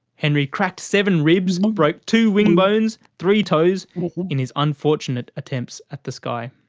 henry cracked seven ribs, broke two wing bones, three toes in his unfortunate attempts at the sky.